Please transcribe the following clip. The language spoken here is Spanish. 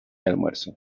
almuerzo